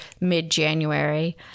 mid-January